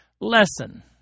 Lesson